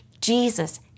Jesus